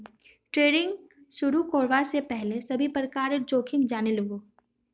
trading शुरू करवा स पहल सभी प्रकारेर जोखिम जाने लिबो